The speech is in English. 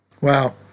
Wow